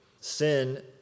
Sin